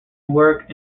work